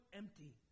empty